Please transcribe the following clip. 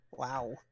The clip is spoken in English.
Wow